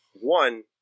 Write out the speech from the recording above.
One